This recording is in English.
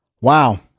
Wow